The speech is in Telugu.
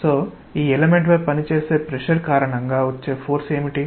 కాబట్టి ఈ ఎలెమెంట్ పై పనిచేసే ప్రెషర్ కారణంగా వచ్చే ఫోర్స్ ఏమిటి